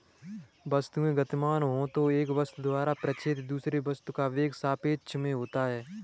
वस्तुएं गतिमान हो तो एक वस्तु द्वारा प्रेक्षित दूसरे वस्तु का वेग सापेक्ष में होता है